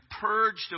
purged